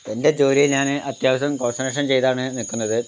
എൻ്റെ ജോലിയിൽ ഞാൻ അത്യാവശ്യം കോൺസെൻട്രേഷൻ ചെയ്താണ് നിൽക്കുന്നത്